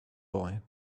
boy